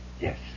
Yes